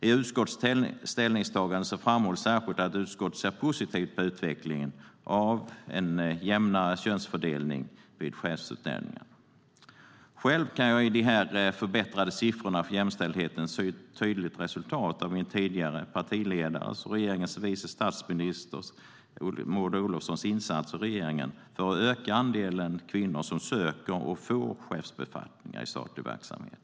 I utskottets ställningstagande framhålls särskilt att utskottet ser positivt på utvecklingen mot en jämnare könsfördelning vid chefsutnämningar. Själv kan jag i dessa tydligt förbättrade siffror för jämställdheten se ett tydligt resultat av min tidigare partiledare och regeringens vice statsminister Maud Olofssons insatser i regeringen för att öka andelen kvinnor som söker och får chefsbefattningar i statlig verksamhet.